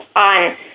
on